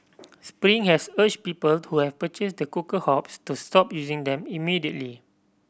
spring has urged people who have purchased the cooker hobs to stop using them immediately